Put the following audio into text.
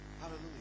Hallelujah